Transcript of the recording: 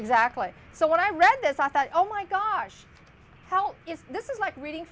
exactly so when i read this i thought oh my gosh how is this is like reading